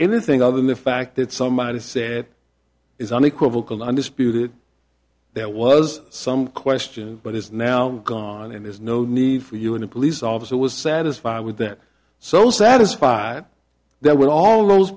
the thing other than the fact that somebody said it is unequivocal undisputed there was some question but is now gone and there's no need for you in a police officer was satisfied with that so satisfied that with all those